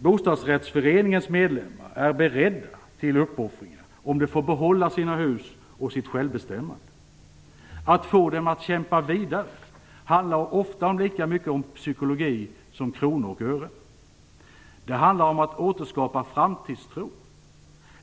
Bostadsrättsföreningens medlemmar är beredda till uppoffringar om de får behålla sina hus och sitt självbestämmande. Att få dem att kämpa vidare handlar ofta lika mycket om psykologi som om kronor och ören. Det handlar om att återskapa framtidstro.